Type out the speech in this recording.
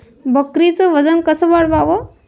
बकरीचं वजन कस वाढवाव?